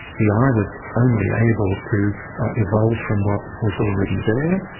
the eye was only able to evolve from what was already there.